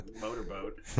motorboat